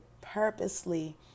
purposely